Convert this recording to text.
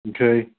Okay